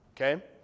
okay